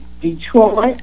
detroit